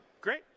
Great